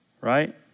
Right